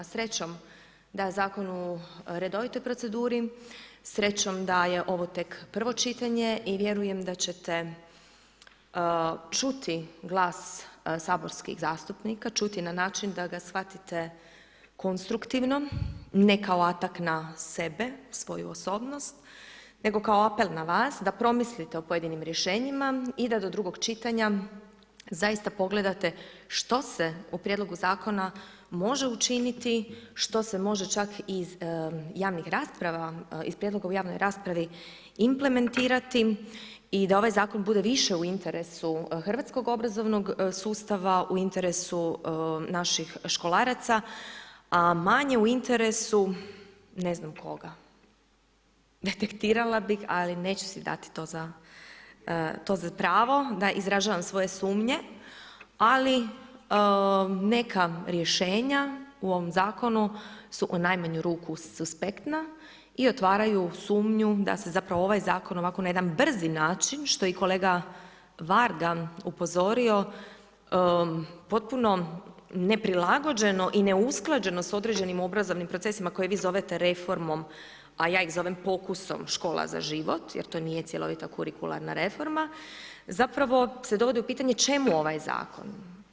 Srećom da je zakon u redovitoj proceduri, srećom da je ovo tek prvo čitanje i vjerujem da ćete čuti glas saborskih zastupnika, čuti na način da ga shvatite konstruktivno, ne kao atackt na sebe, svoju osobnost nego kao apel na vas da promislite o pojedinim rješenjima i da do drugog čitanja zaista pogledate što se u prijedlogu zakona može učiniti, što se može čak iz javnih rasprava iz prijedloga u javnoj raspravi implementirati i da ovaj zakon bude više u interesu hrvatskog obrazovnog sustava, u interesu naših školaraca, a manje u interesu ne znam koga, detektirala bih, ali neću si dati to za pravo da izražavam svoje sumnje, ali neka rješenja u ovom zakonu su u najmanju ruku suspektna i otvaraju sumnju da se zapravo ovaj zakon na ovako jedan brzi način, što je i kolega Varga upozorio, potpuno neprilagođeno i neusklađeno s određenim obrazovnim procesima koje vi zovete reformom, a ja ih zovem pokusom Škola za život, jer to nije cjelovita kurikularna reforma zapravo se dovodi u pitanje čemu ovaj zakon?